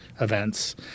events